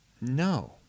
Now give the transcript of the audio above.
No